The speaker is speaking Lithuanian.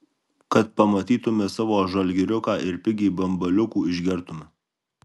kad pamatytume savo žalgiriuką ir pigiai bambaliukų išgertume